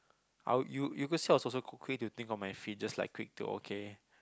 I'll you you could see I was also q~ quick to think on my feet just like quick to okay